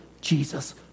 Jesus